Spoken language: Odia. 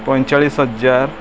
ପଇଁଚାଳିଶି ହଜାର